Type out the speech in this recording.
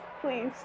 please